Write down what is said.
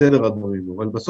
בסדר הדברים, אבל כן